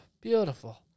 beautiful